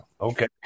okay